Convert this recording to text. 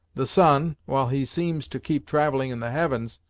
the sun, while he seems to keep traveling in the heavens,